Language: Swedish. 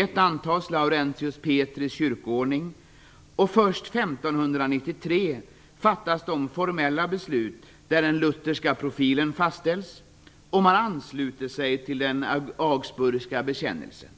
1593 fattas de formella beslut där den lutherska profilen fastställs, och där man ansluter sig till den augsburgska trosbekännelsen.